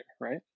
right